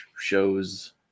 shows